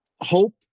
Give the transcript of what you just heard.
hope